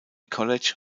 college